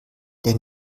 der